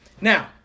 Now